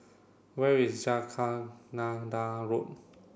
where is Jacaranda Road